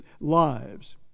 lives